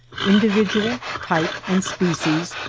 individual type, and species,